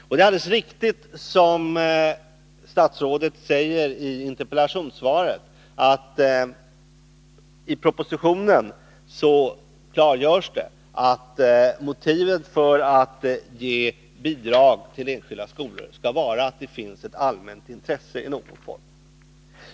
Det är alldeles riktigt som statsrådet säger i interpellationssvaret, att det i propositionen klargörs att motivet för att ge bidrag till enskilda skolor skall vara att det finns ett allmänt intresse i någon form.